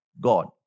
God